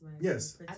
Yes